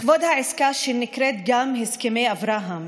לכבוד העסקה שנקראת גם "הסכמי אברהם"